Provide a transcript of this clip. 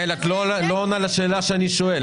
יעל, את לא עונה לשאלה שאני שאלתי.